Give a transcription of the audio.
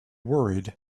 worried